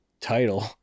title